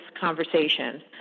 conversation